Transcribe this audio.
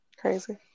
Crazy